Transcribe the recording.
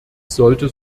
sollte